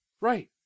Right